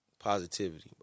Positivity